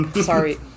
Sorry